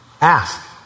Ask